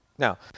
Now